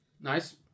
Nice